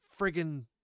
friggin